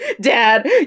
Dad